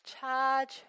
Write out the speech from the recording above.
Charge